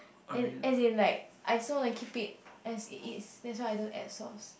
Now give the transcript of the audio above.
as as in like I just wanna keep it as it is that's why I don't add sauce